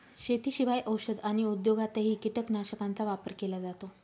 शेतीशिवाय औषध आणि उद्योगातही कीटकनाशकांचा वापर केला जातो